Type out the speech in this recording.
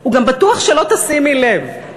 הוא גם בטוח שלא תשימי לב.